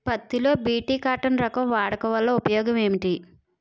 పత్తి లో BT cotton రకం వాడకం వల్ల ఉపయోగం ఏమిటి?